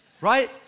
right